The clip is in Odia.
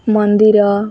ମନ୍ଦିର